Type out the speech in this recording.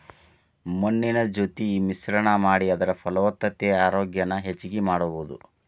ಮಣ್ಣಿನ ಜೊತಿ ಮಿಶ್ರಣಾ ಮಾಡಿ ಅದರ ಫಲವತ್ತತೆ ಆರೋಗ್ಯಾನ ಹೆಚಗಿ ಮಾಡುದು